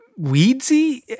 weedsy